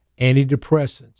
antidepressants